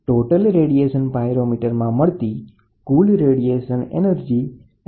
તો total radiation પાયરોમીટરમાં total radiation પાયરોમીટરને મળતી બધી રેડિયેશન ઍનર્જી હોટબોડીમાંથી મળેલ હોય છે